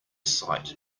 sight